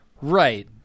right